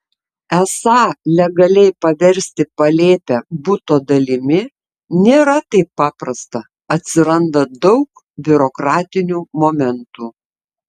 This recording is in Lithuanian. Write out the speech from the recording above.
esą legaliai paversti palėpę buto dalimi nėra taip paprasta atsiranda daug biurokratinių momentų